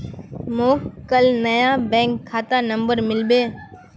मोक काल नया बैंक खाता नंबर मिलबे